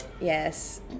Yes